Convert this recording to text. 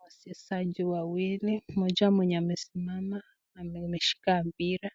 Wachesaji wawili moja mwenye moja na amesimama ama ameshika mpira